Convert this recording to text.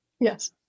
yes